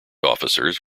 officers